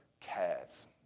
cares